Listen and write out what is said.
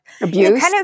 Abuse